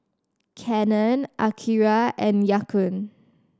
Canon Akira and Ya Kun